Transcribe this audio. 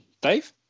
Dave